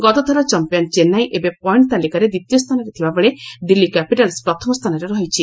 ଗତଥର ଚମ୍ପିଆନ ଚେନ୍ନାଇ ଏବେ ପଏଷ୍ଟ ତାଲିକାରେ ଦ୍ୱିତୀୟ ସ୍ଥାନରେ ଥିବାବେଳେ ଦିଲ୍ଲୀ କ୍ୟାପିଟାଲ୍ମ ପ୍ରଥମ ସ୍ଥାନରେ ରହିଛି